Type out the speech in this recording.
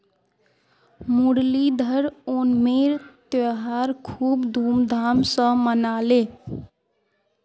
मुरलीधर ओणमेर त्योहार खूब धूमधाम स मनाले